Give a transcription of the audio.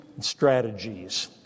strategies